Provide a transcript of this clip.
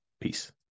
Peace